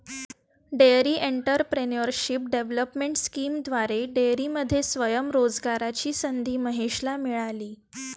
dairy entrepreneurship development स्कीमद्वारे डेअरीमध्ये स्वयं रोजगाराची संधी महेशला मिळाली